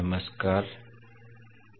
convolution integral नमस्कार